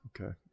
Okay